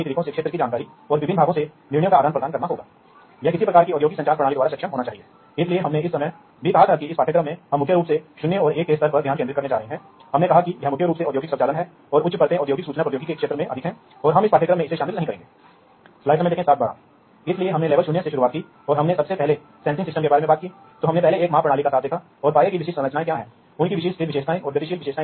इसलिए इसके लिए लोग विभिन्न प्रकार की संचार तकनीकों का उपयोग करते थे उदाहरण के लिए लोग 4 20 mA एनालॉग तकनीक का उपयोग करते थे जहाँ आप जानते हैं कि मेरा मतलब है कि वर्तमान ट्रांसमिशन का उपयोग किया जाता था नियोजित किया जाता था जैसा हमने देखा है वर्तमान संचरण